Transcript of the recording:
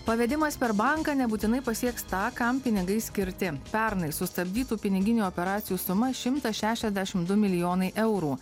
pavedimas per banką nebūtinai pasieks tą kam pinigai skirti pernai sustabdytų piniginių operacijų suma šimtas šešiasdešimt du milijonai eurų